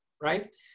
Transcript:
right